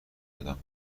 دادم